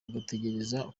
ugategereza